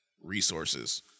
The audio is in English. resources